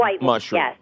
mushroom